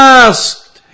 asked